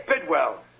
Bidwell